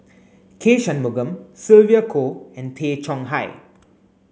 K Shanmugam Sylvia Kho and Tay Chong Hai